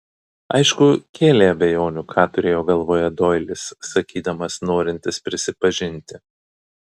aišku kėlė abejonių ką turėjo galvoje doilis sakydamas norintis prisipažinti